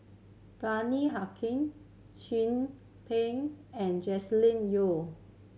Bani Haykal Chin Peng and Joscelin Yeo